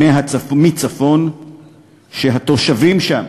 שהתושבים שם,